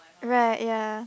right ya